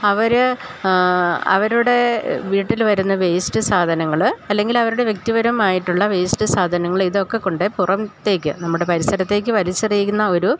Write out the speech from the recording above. അവര് അവരുടെ വീട്ടില് വരുന്ന വേസ്റ്റ് സാധനങ്ങള് അല്ലെങ്കിൽ അവരുടെ വ്യക്തിപരമായിട്ടുള്ള വേസ്റ്റ് സാധനങ്ങള് ഇതൊക്കെ കൊണ്ട് പുറത്തേക്ക് നമ്മുടെ പരിസരത്തേക്ക് വലിച്ചെറിയുന്ന ഒരു